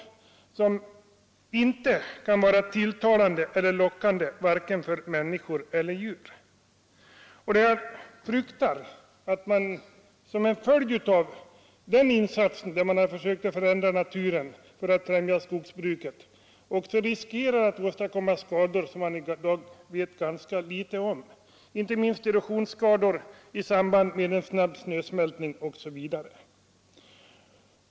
Detta kunde inte vara tilltalande vare sig för människor eller djur. Genom den insats som gjorts i ett försök att ändra naturen för att främja skogsbruket fruktar jag att man riskerar åstadkomma skador, om vilka vi i dag vet ganska litet. Här är det inte minst fråga om erosionsskador i samband med snabb snösmältning osv.